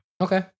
Okay